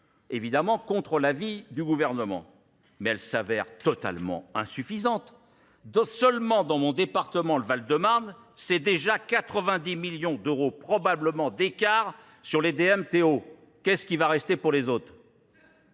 évidemment contre l'avis du gouvernement. Mais elle s'avère totalement insuffisante. Seulement dans mon département, le Val-de-Marne, c'est déjà 90 millions d'euros probablement d'écart sur les DMTO. Qu'est-ce qui va rester pour les autres ?